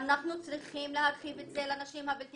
אנחנו צריכים להרחיב את זה ליפו.